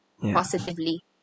positively